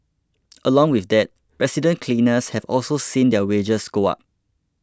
along with that resident cleaners have also seen their wages go up